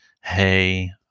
hey